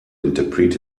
interpret